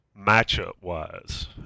matchup-wise